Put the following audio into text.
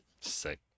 Sick